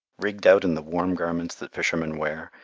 rigged out in the warm garments that fishermen wear,